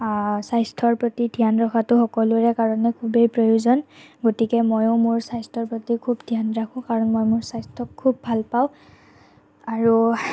স্বাস্থ্যৰ প্ৰতি ধ্যান ৰখাটো সকলোৰে কাৰণে খুবেই প্ৰয়োজন গতিকে মইয়ো মোৰ স্বাস্থ্যৰ প্ৰতি খুব ধ্যান ৰাখোঁ কাৰণ মই মোৰ স্বাস্থ্যক খুব ভাল পাওঁ আৰু